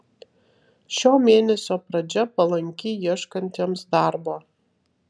šio mėnesio pradžia palanki ieškantiems darbo